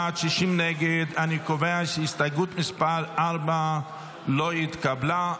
אני קובע כי הסתייגות מס' 4 לא התקבלה.